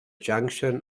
junction